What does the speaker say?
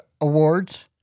Awards